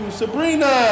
sabrina